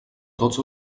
tots